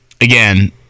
Again